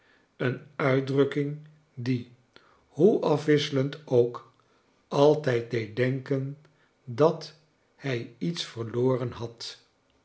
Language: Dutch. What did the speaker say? een uitdrukking die hoe afwisselend ook altijd deed denken dat hij iets verloren had